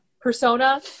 persona